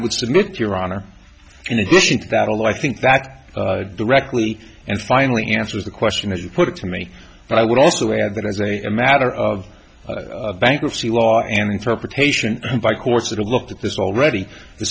would submit your honor in addition to that although i think that directly and finally answers the question as you put it to me i would also add that as a a matter of bankruptcy law and interpretation by courts that looked at this already the